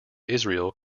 israel